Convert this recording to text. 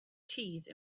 cheese